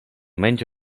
menys